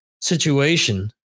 situation